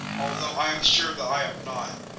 although i am sure that i have not.